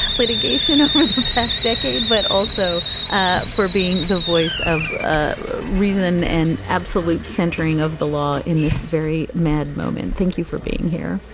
litigation over the past decade, but also ah for being the voice of ah reason and absolute centering of the law in this very mad moment. thank you for being here.